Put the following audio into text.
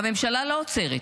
והממשלה לא עוצרת.